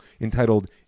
entitled